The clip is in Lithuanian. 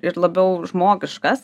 ir labiau žmogiškas